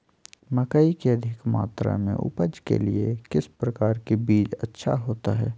मकई की अधिक मात्रा में उपज के लिए किस प्रकार की बीज अच्छा होता है?